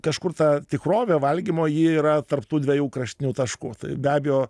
kažkur ta tikrovė valgymo ji yra tarp tų dviejų kraštinių taškų tai be abejo